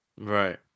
Right